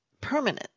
permanent